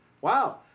wow